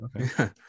Okay